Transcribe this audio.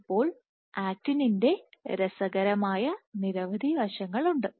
അപ്പോൾ ആക്റ്റിന്റെ രസകരമായ നിരവധി വശങ്ങളുണ്ട്